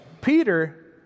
Peter